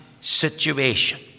situation